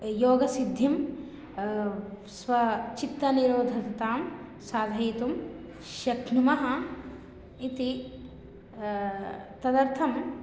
योगसिद्धिं स्वचित्तनिरोधतां साधयितुं शक्नुमः इति तदर्थम्